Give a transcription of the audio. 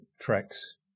tracks